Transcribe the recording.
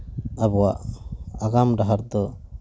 ᱟᱵᱚᱣᱟᱜ ᱟᱜᱟᱢ ᱰᱟᱦᱟᱨ ᱫᱚ